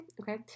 Okay